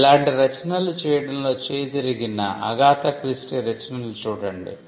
ఇలాంటి రచనలు చేయడంలో చేయితిరిగిన అగాథ క్రిస్టీ రచనలు చూడండి